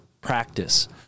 practice